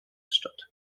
statt